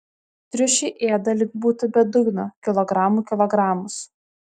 triušiai ėda lyg būtų be dugno kilogramų kilogramus